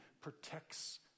protects